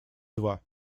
два